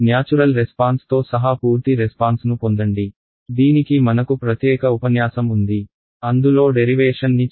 natural response తో సహా పూర్తి రెస్పాన్స్ ను పొందండి దీనికి మనకు ప్రత్యేక ఉపన్యాసం ఉంది అందులో డెరివేషన్ ని చర్చిస్తాము